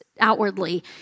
Outwardly